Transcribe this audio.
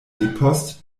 depost